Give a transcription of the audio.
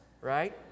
right